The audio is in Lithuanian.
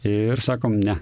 ir sakom ne